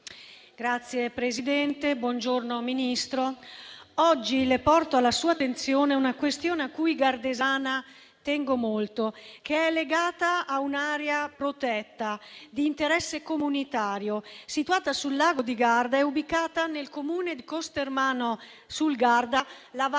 Signor Presidente, signor Ministro, oggi porto alla sua attenzione una questione a cui da gardesana tengo molto, legata a un'area protetta di interesse comunitario, situata sul Lago di Garda e ubicata nel Comune di Costermano sul Garda, la Valle